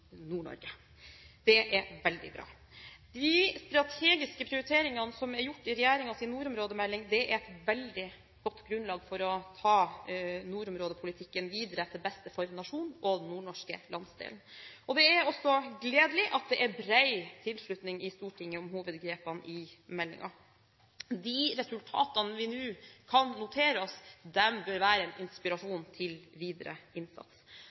Det er veldig bra. De strategiske prioriteringene som er gjort i regjeringens nordområdemelding, er et veldig godt grunnlag for å ta nordområdepolitikken videre til beste for nasjonen og den nordnorske landsdelen. Det er også gledelig at det i Stortinget er bred tilslutning til hovedgrepene i meldingen. De resultatene vi nå kan notere oss, bør være en inspirasjon til videre innsats.